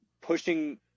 pushing